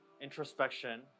introspection